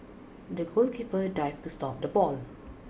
the goalkeeper dived to stop the ball